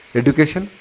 education